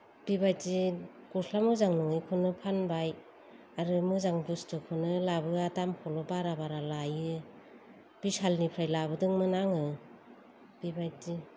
बेबायदि गस्ला मोजां नङिखौनो फानबाय आरो मोजां बुस्थुखौनो लाबोआ दामखौल' बारा बारा लायो बिशालनिफ्राय लाबोदोंमोन आङो बेबायदि